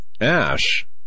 Ash